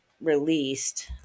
released